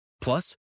Plus